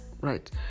Right